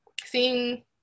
seeing